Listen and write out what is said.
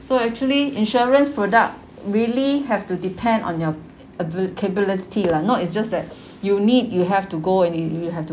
so actually insurance product really have to depend on your abi~ capability lah not it's just that you need you have to go and you you have to